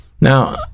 Now